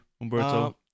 umberto